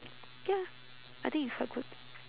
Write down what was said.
ya I think it's quite good